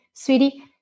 sweetie